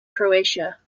croatia